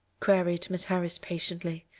queried miss harris patiently.